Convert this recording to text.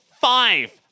five